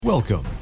Welcome